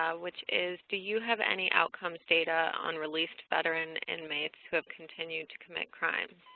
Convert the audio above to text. ah which is, do you have any outcomes data on released veteran inmates who have continued to commit crimes?